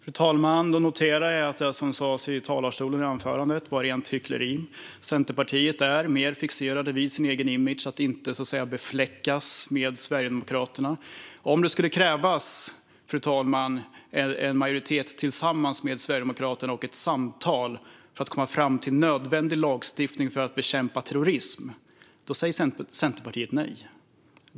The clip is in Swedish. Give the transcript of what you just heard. Fru talman! Då noterar jag att det som sas i talarstolen var rent hyckleri. Centerpartiet är mer fixerat vid sin egen image att inte så att säga "befläckas" med Sverigedemokraterna. Om det skulle krävas en majoritet tillsammans med Sverigedemokraterna och ett samtal för att komma fram till nödvändig lagstiftning för att bekämpa terrorism säger Centerpartiet nej.